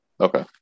Okay